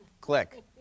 Click